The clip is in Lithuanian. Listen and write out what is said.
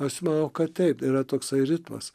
aš manau kad taip yra toksai ritmas